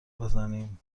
بزنیم